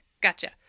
gotcha